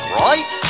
right